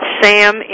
Sam